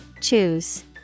Choose